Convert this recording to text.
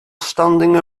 standing